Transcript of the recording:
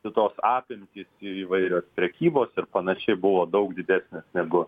kitos apimtys įvairios prekybos ir panašiai buvo daug didesnės negu